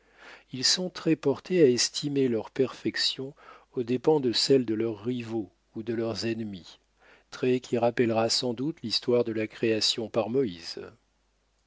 ils sont très portés à estimer leurs perfections aux dépens de celles de leurs rivaux ou de leurs ennemis trait qui rappellera sans doute l'histoire de la création par moïse